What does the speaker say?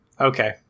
Okay